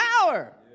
power